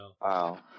Wow